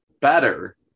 better